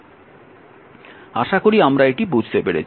আশা করি আমরা এটি বুঝতে পেরেছি